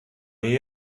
ehe